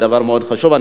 זה דבר מאוד חשוב.